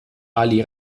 ali